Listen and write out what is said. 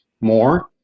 more